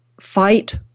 fight